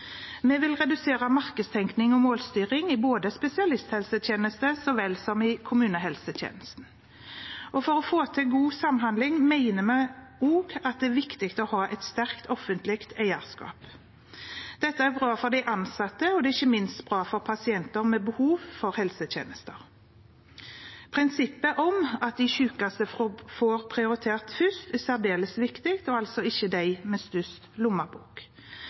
Vi vil redusere markedstenkningen og målstyringen i spesialisthelsetjenesten så vel som i kommunehelsetjenesten. For å få til god samhandling mener vi også at det er viktig å ha et sterkt offentlig eierskap. Dette er bra for de ansatte, og det er ikke minst bra for pasienter med behov for helsetjenester. Prinsippet om at de sykeste blir prioritert først, er særdeles viktig – og altså ikke de med størst lommebok.